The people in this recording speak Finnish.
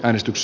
äänestys